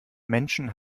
menschen